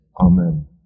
amen